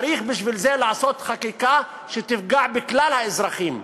צריך בשביל זה לעשות חקיקה שתפגע בכלל האזרחים,